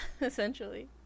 essentially